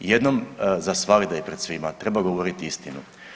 Jednom za svagda i pred svima treba govoriti istinu.